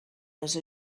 dels